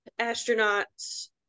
astronauts